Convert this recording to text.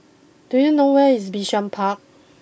do you know where is Bishan Park